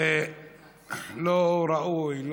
זה לא ראוי.